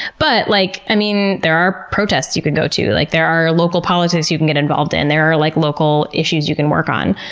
but like ah there are protests you can go to. like there are local politics you can get involved in. there are like local issues you can work on.